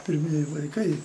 pirmieji vaikai